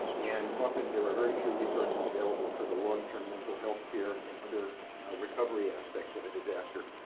and often there were very few resources available for the long term mental health care, and other recovery aspects of a disaster.